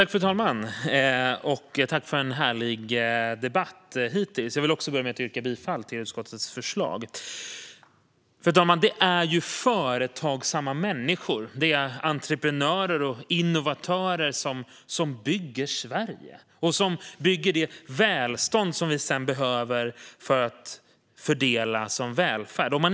Fru talman! Tack för en härlig debatt hittills! Jag vill börja med att yrka bifall till utskottets förslag. Fru talman! Det är ju företagsamma människor - entreprenörer och innovatörer - som bygger Sverige och som bygger det välstånd som vi sedan behöver för att fördela som välfärd.